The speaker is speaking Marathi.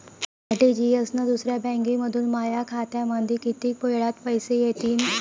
आर.टी.जी.एस न दुसऱ्या बँकेमंधून माया बँक खात्यामंधी कितीक वेळातं पैसे येतीनं?